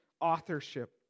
authorship